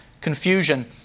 confusion